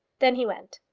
then he went.